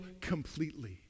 completely